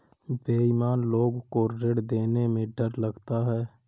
बेईमान लोग को ऋण देने में डर लगता है